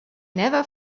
never